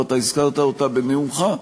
ואתה הזכרת אותה בנאומך,